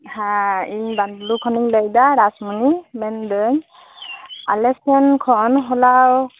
ᱦᱮᱸ ᱤᱧ ᱵᱟᱫᱞᱩ ᱦᱚᱱᱤᱧ ᱞᱟᱹᱭ ᱮᱫᱟ ᱨᱟᱥᱢᱚᱱᱤ ᱢᱮᱱ ᱮᱫᱟᱧ ᱟᱞᱮᱴᱷᱮᱱ ᱠᱷᱚᱱ ᱦᱚᱞᱟ